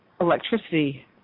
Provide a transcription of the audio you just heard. electricity